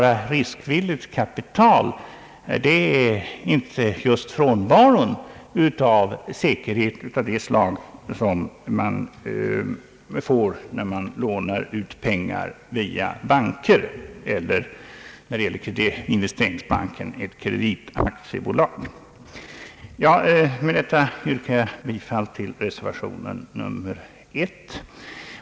Med riskvilligt kapital menar man sådant med frånvaro av säkerhet av det slag som man får när man lånar ut pengar via banker eller — när det gäller Investeringsbanken — ett kreditaktiebolag. Med detta yrkar jag bifall till reservationen nr 1.